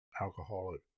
alcoholic